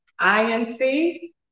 INC